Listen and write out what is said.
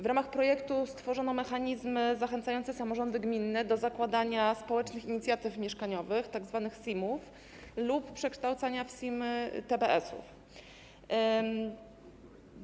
W ramach projektu stworzono mechanizmy zachęcające samorządy gminne do zakładania społecznych inicjatyw mieszkaniowych, tzw. SIM-ów, lub przekształcania TBS-ów w SIM-y.